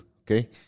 Okay